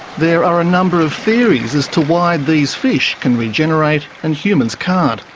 there are number of theories as to why these fish can regenerate and humans can't,